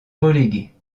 reléguée